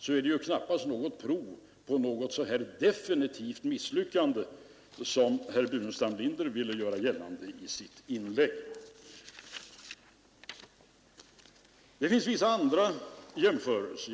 Då är det knappast något prov på något sådant definitivt misslyckande som herr Burenstam Linder ville göra gällande i sitt inlägg. Det finns vissa andra jämförelser.